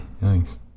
Thanks